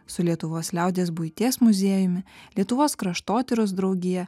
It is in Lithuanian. su lietuvos liaudies buities muziejumi lietuvos kraštotyros draugija